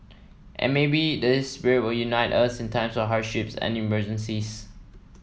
and maybe this spirit will unite us in times of hardships and emergencies